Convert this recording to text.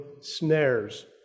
snares